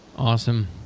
Awesome